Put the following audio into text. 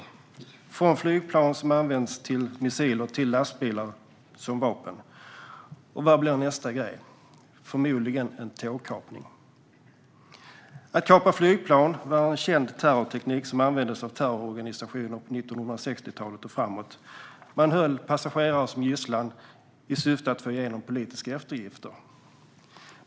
Det handlar om allt från flygplan som används som missiler till lastbilar som används som vapen. Vad blir nästa grej? Förmodligen blir det en tågkapning. Att kapa flygplan var en känd terrorteknik som användes av terrororganisationer på 1960-talet och framåt. Man höll passagerare som gisslan i syfte att få igenom politiska eftergifter.